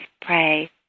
pray